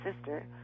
sister